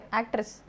actress